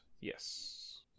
yes